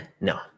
no